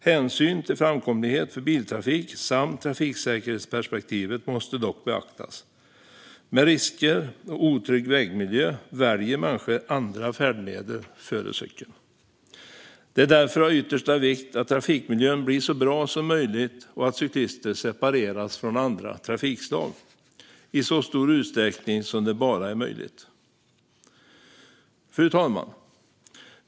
Hänsyn till framkomlighet för biltrafik måste dock tas, och trafiksäkerhetsperspektivet måste beaktas. Med risker och otrygg vägmiljö väljer människor andra färdmedel före cykeln. Det är därför av yttersta vikt att trafikmiljön blir så bra som möjligt och att cyklister separeras från andra trafikslag i så stor utsträckning som det bara är möjligt. Fru talman!